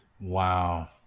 Wow